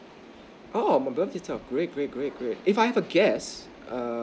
oh that is a great great great great if I have a guest err